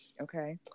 Okay